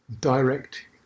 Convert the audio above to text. direct